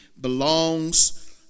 belongs